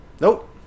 Nope